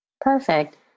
Perfect